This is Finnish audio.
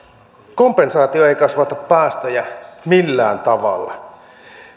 kompensaatio ei kasvata päästöjä millään tavalla